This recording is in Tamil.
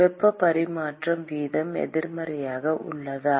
வெப்ப பரிமாற்ற வீதம் எதிர்மறையாக உள்ளதா